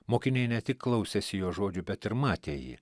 mokiniai ne tik klausėsi jo žodžių bet ir matė jį